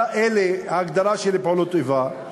מה ההגדרה של פעולות איבה,